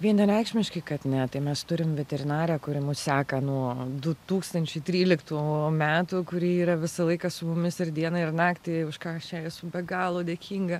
vienareikšmiškai kad ne tai mes turim veterinarę kuri mus seka nuo du tūkstančiai tryliktų metų kuri yra visą laiką su mumis ir dieną ir naktį už ką aš jai esu be galo dėkinga